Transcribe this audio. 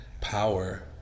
power